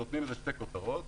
והם נותנים שתי כותרות.